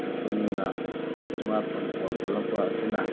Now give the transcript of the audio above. ꯃꯇꯨꯡ ꯏꯟꯅ smart phone phone ꯊꯣꯂꯛꯄ ꯑꯁꯤꯅ